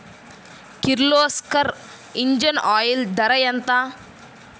Kirloskar engine oil ధర ఎంత?